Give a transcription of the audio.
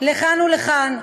לכאן או לכאן,